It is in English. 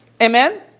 Amen